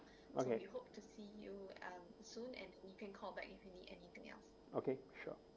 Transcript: okay okay sure